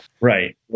Right